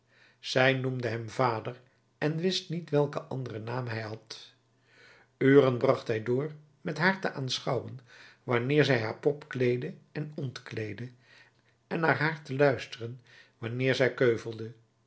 zij noemde hem vader en wist niet welken anderen naam hij had uren bracht hij door met haar te aanschouwen wanneer zij haar pop kleedde en ontkleedde en naar haar te luisteren wanneer zij keuvelde